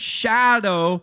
shadow